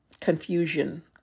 confusion